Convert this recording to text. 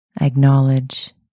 acknowledge